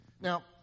Now